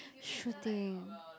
shooting